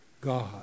God